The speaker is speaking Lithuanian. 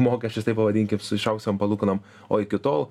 mokesčius taip pavadinkim su išaugusiom palūkanom o iki tol